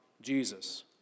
Jesus